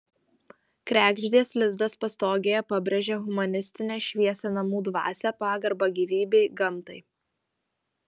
kregždės lizdas pastogėje pabrėžia humanistinę šviesią namų dvasią pagarbą gyvybei gamtai